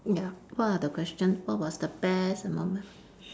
ya what are the question what was the best among them